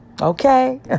Okay